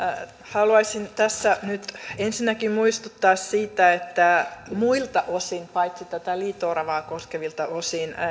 haluaisin tässä nyt ensinnäkin muistuttaa siitä että muilta osin paitsi liito oravaa koskevilta osin